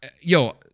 yo